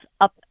up